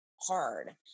hard